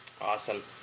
Awesome